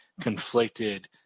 conflicted